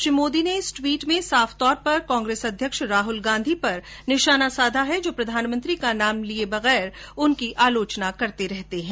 श्री मोदी ने इस ट्वीट में साफतौर पर कांग्रेस अध्यक्ष राहुल गांधी पर निशाना साधा है जो प्रधानमंत्री का नाम लिये बिना उनकी आलोचना करते रहे हैं